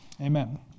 Amen